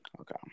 okay